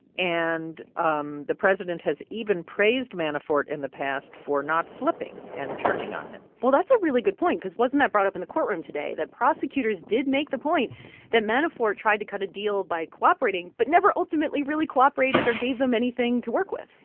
and um the president has even praised manafort in the past for not flipping and turning on him well, that's a really good point because wasn't that brought up in the courtroom today that prosecutors did make the point that manafort tried to cut a deal by cooperating but never ultimately really cooperated or gave them anything to work with?